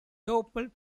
toppled